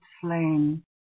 flame